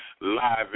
live